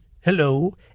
hello